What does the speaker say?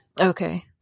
Okay